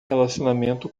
relacionamento